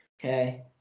Okay